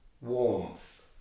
warmth